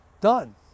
done